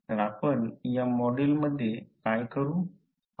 तर आपण या मॉड्यूल मध्ये काय करू